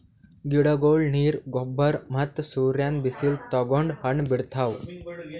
ಗಿಡಗೊಳ್ ನೀರ್, ಗೊಬ್ಬರ್ ಮತ್ತ್ ಸೂರ್ಯನ್ ಬಿಸಿಲ್ ತಗೊಂಡ್ ಹಣ್ಣ್ ಬಿಡ್ತಾವ್